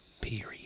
period